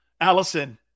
Allison